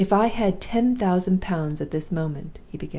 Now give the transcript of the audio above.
if i had ten thousand pounds at this moment he began,